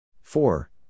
Four